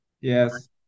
Yes